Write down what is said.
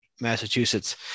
Massachusetts